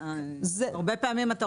אם יש לך